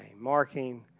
marking